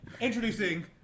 introducing